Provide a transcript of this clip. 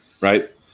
right